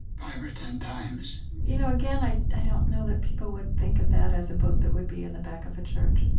five or ten times you know, again, i don't know that people would think of that as a book that would be in the back of a church